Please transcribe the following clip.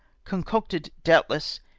concocted, doubtless,